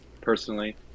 personally